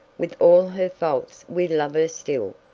with all her faults we love her still,